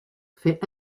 fait